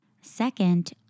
Second